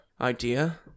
idea